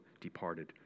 departed